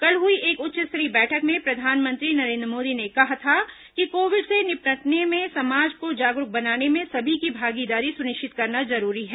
कल हुई एक उच्च स्तरीय बैठक में प्रधानमंत्री नरेन्द्र मोदी ने कहा था कि कोविड से निपटने में समाज को जागरूक बनाने में सभी की भागीदारी सुनिश्चित करना जरूरी है